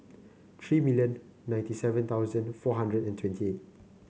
three million ninety seven thousand four hundred and twenty